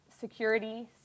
security